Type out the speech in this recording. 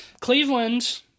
Cleveland